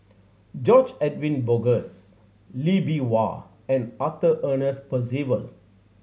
George Edwin Bogaars Lee Bee Wah and Arthur Ernest Percival